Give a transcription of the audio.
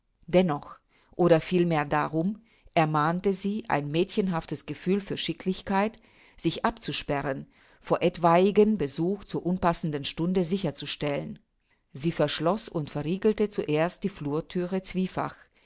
dennoch oder vielmehr darum ermahnte sie ein mädchenhaftes gefühl für schicklichkeit sich abzusperren vor etwaigem besuch zur unpassenden stunde sicher zu stellen sie verschloß und verriegelte zuerst die flurthüre zwiefach